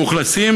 מאוכלסים,